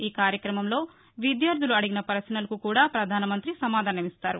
ఈ కార్యక్రమంలో విద్యార్థులు అడిగిన ప్రపశ్నలకు కూడా ప్రపధానమంతి సమాధానమిస్తారు